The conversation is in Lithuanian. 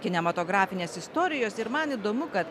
kinematografinės istorijos ir man įdomu kad